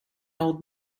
old